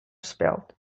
spilled